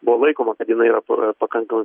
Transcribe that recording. buvo laikoma kad jinai yra pa pakankamai